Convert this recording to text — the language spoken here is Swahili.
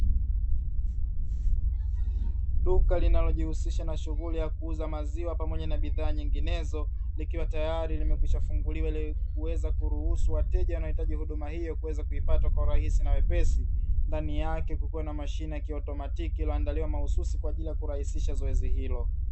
Duka linalojihusisha na shughuli za kuuza maziwa pamoja na bidhaa nyinginezo, likiwa tayari limekwisha funguliwa ili kuweza kuruhusu wateja wanaohitaji huduma hiyo kuipata kwa urahisi na wepesi, ndani yake kikiwa na mashine kiautomaiki iliyoandaliwa mahususi kwa ajili ya kurahisisha zoezi hilo.